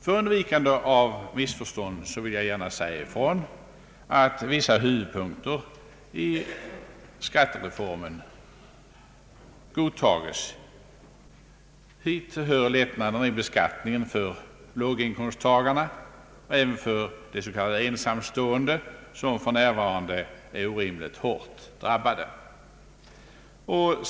För undvikande av missförstånd vill jag gärna säga ifrån att vissa huvudpunkter i skattereformen godtas. Hit hör lättnaderna i beskattningen för låginkomsttagarna och även för de s.k. ensamstående, som för närvarande är orimligt hårt drabbade.